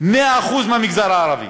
100% מהמגזר הערבי.